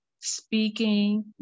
speaking